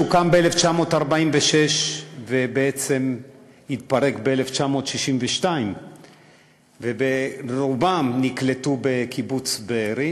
שהוקם ב-1946 ובעצם התפרק ב-1962 ורובם נקלטו בקיבוץ בארי